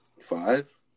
five